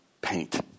paint